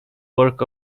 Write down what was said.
work